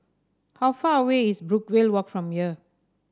how far away is Brookvale Walk from here